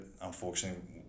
unfortunately